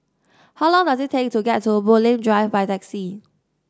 how long does it take to get to Bulim Drive by taxi